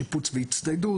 שיפוץ והצטיידות.